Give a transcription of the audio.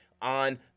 on